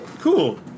cool